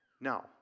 Now